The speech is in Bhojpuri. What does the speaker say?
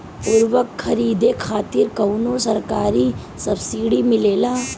उर्वरक खरीदे खातिर कउनो सरकारी सब्सीडी मिलेल?